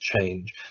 change